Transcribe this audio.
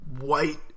white